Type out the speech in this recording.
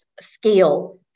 scale